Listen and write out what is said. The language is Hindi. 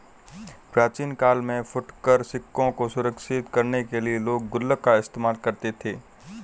प्राचीन काल में फुटकर सिक्कों को सुरक्षित करने के लिए लोग गुल्लक का इस्तेमाल करते थे